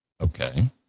Okay